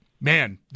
Man